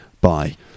Bye